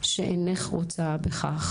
סטטוס שאינך רוצה בכך.